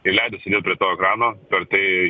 ir leidosi prie to ekrano per tai